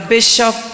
Bishop